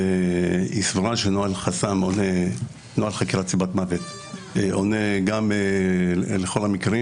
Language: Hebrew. והיא סברה שנוהל חקירת סיבת מוות עונה גם לכל המקרים.